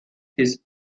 his